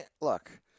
look